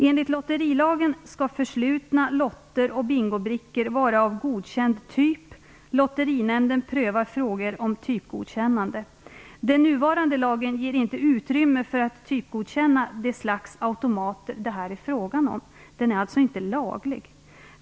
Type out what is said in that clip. Enligt lotterilagen skall förslutna lotter och bingobrickor vara av godkänd typ. Lotterinämnden prövar frågor om typgodkännande. Den nuvarande lagen ger inte utrymme för att typgodkänna det slags automater det här är frågan om. Den är alltså inte laglig.